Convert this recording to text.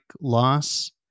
loss